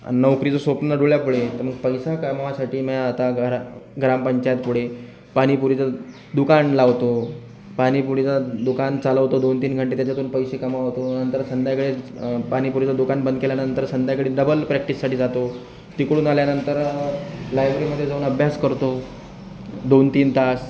अन नोकरीचं स्वप्न डोळ्यापुढे तर मग पैसा कमवासाठी मी आता घरा ग्रामपंचायतीपुढे पाणीपुरीचं दुकान लावतो पाणीपुरीचं दुकान चालवतो दोन तीन घंटे त्याच्यातून पैसे कमवतो नंतर संध्याकाळी पाणीपुरीचं दुकान बंद केल्यानंतर संध्याकाळी डबल प्रॅक्टिससाठी जातो तिकडून आल्यानंतर लायब्ररीमध्ये जाऊन अभ्यास करतो दोन तीन तास